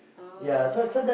oh